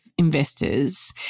investors